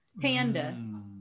Panda